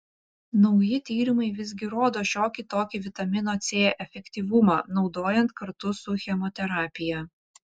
nauji tyrimai visgi rodo šiokį tokį vitamino c efektyvumą naudojant kartu su chemoterapija